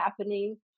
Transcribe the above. happening